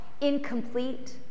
incomplete